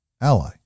ally